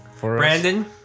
Brandon